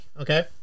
okay